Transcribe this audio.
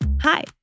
Hi